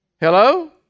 Hello